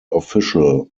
official